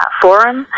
forum